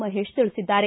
ಮಹೇಶ್ ತಿಳಿಸಿದ್ದಾರೆ